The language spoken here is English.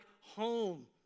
home